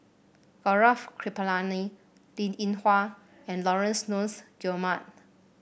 Gaurav Kripalani Linn In Hua and Laurence Nunns Guillemard